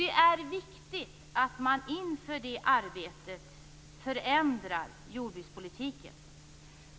Det är viktigt att inför det arbetet förändra jordbrukspolitiken.